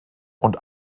und